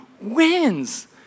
wins